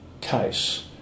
case